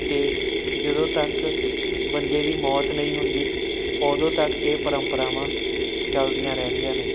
ਅਤੇ ਜਦੋਂ ਤੱਕ ਬੰਦੇ ਦੀ ਮੌਤ ਨਹੀਂ ਹੁੰਦੀ ਉਦੋਂ ਤੱਕ ਇਹ ਪਰੰਪਰਾਵਾਂ ਚੱਲਦੀਆਂ ਰਹਿੰਦੀਆਂ ਨੇ